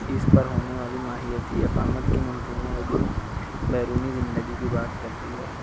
اس پر ہونے والی ماہیتی اقامت کی ممکن ہے اور جو بیرونی زندگی کی بات کرتی ہے